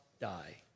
die